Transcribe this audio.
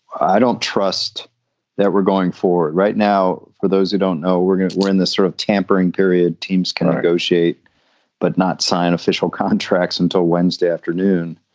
i don't trust that we're going for right now. for those who don't know, we're going to we're in this sort of tampering period. teams can negotiate but not sign official contracts until wednesday afternoon.